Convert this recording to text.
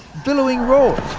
billowing roars